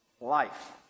life